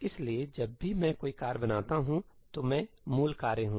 इसलिए जब भी मैं कोई कार्य बनाता हूं तो मैं मूल कार्य हूं